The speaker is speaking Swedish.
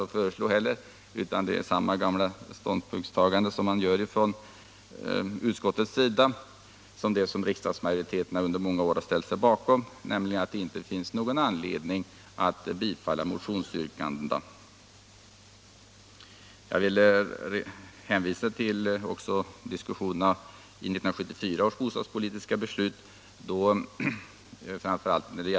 Jag har inte heller något nytt ståndpunktstagande att föreslå, utan utskottet intar samma gamla ståndpunkt som riksdagsmajoriteten under många år ställt sig bakom, nämligen att det inte finns någon anledning att bifalla motionsyrkandena. Jag vill också hänvisa till diskussionerna vid 1974 års bostadspolitiska debatt.